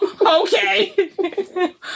Okay